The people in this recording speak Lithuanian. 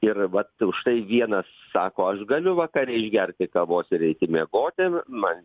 ir vat už tai vienas sako aš galiu vakare išgerti kavos reikia miegoti ir man